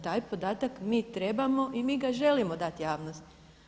Taj podatak mi trebamo i mi ga želimo dati javnosti.